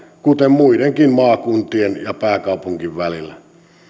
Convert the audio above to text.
kuten muidenkin maakuntien ja pääkaupungin välillä